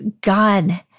God